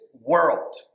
world